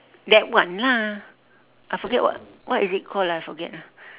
that one lah I forget what what is it called ah forget ah